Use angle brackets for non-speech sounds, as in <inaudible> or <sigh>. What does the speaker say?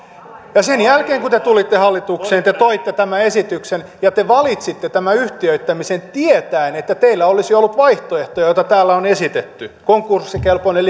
ja sen jälkeen kun te tulitte hallitukseen te toitte tämän esityksen ja te valitsitte tämän yhtiöittämisen tietäen että teillä olisi ollut vaihtoehtoja joita täällä on esitetty konkurssikelpoinen <unintelligible>